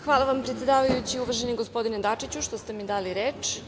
Hvala vam, predsedavajući, uvaženi gospodine Dačiću, što ste mi dali reč.